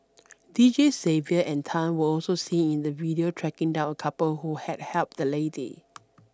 Deejays Xavier and Tan were also seen in the video tracking down a couple who had helped the lady